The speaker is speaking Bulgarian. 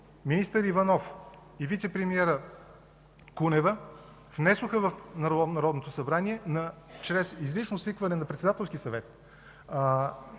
министър Иванов и вицепремиерът Кунева внесоха в Народното събрание чрез изрично свикване на Председателски съвет